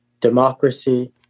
democracy